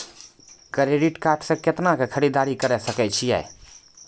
Credit card से कितना के खरीददारी करे सकय छियै?